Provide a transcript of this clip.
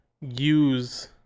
Use